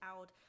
out